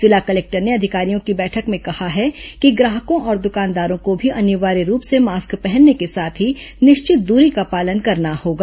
जिला कलेक्टर ने अधिकारियों की बैठक में कहा है कि ग्राहकों और द्रकानदारों को भी अनिवार्य रूप से मास्क पहनने के साथ ही निश्चित दूरी का पालन करना होगा